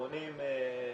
עשירונים 1,